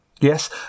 Yes